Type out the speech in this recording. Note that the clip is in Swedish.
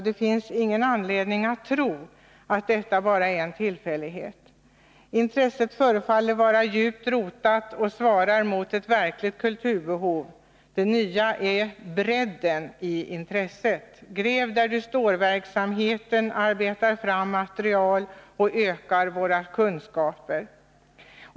Det finns ingen anledning att tro att detta bara är en tillfällighet. Intresset förefaller vara djupt rotat och svarar mot ett verkligt kulturbehov. Det nya är bredden. ”Gräv-där-du-står-verksamheten” arbetar fram material och ökar våra kunskaper.